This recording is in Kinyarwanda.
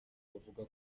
bavuga